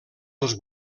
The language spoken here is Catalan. dels